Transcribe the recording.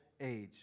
age